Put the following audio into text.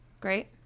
Great